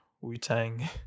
wu-tang